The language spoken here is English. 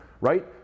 right